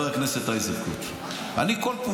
חבר הכנסת איזנקוט.